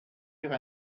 wir